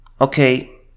Okay